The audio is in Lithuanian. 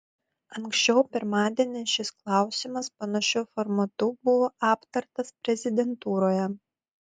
anksčiau pirmadienį šis klausimas panašiu formatu buvo aptartas prezidentūroje